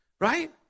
Right